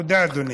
תודה, אדוני.